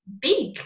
big